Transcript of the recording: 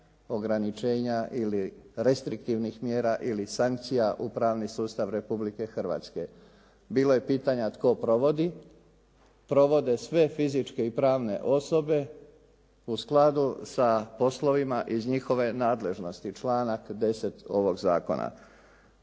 ograničenja ili restriktivnih mjera ili sankcija u pravni sustav Republike Hrvatske. Bilo je pitanja tko provodi? Provode sve fizičke i pravne osobe u skladu sa poslovima iz njihove nadležnosti, članak 10. ovog zakona.